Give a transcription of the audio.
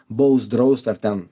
baust draust ar ten